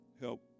help